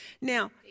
Now